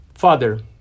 Father